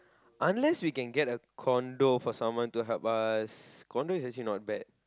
unless we can get a condo for someone to help us condo is actually not bad